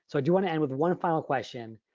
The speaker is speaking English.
so do you want to end with one final question,